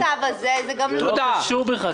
תודה.